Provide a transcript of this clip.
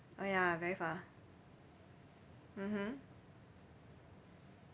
oh ya very far mmhmm